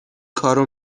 کارو